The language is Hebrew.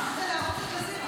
שר המורשת.